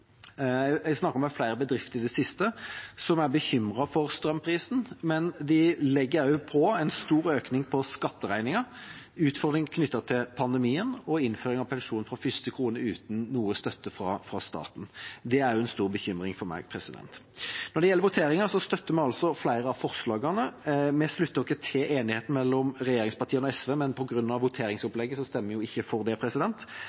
Jeg har snakket med flere bedrifter i det siste som er bekymret for strømprisen, men de legger også til en stor økning på skatteregningen, utfordringer knyttet til pandemien og innføring av pensjon fra første krone uten noe støtte fra staten. Det er også en stor bekymring for meg. Når det gjelder voteringen, støtter vi altså flere av forslagene. Vi slutter oss til enigheten mellom regjeringspartiene og SV, men på grunn av voteringsopplegget stemmer vi ikke for det.